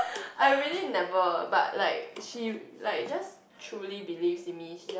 I really never but like she like just truly believes in me she